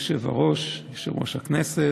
אדוני היושב-ראש, יושב-ראש הכנסת,